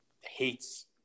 hates